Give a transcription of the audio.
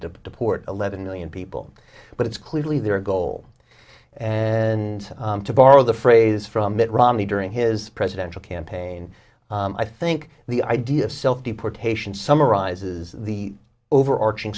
to deport eleven million people but it's clearly their goal and to borrow the phrase from mitt romney during his presidential campaign i think the idea of self deportation summarizes the overarching